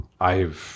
I've-